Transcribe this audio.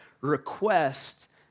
request